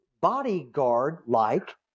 bodyguard-like